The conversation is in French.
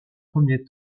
premier